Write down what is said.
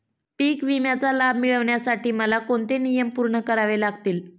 पीक विम्याचा लाभ मिळण्यासाठी मला कोणते नियम पूर्ण करावे लागतील?